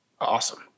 Awesome